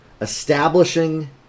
Establishing